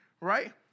right